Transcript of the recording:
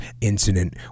incident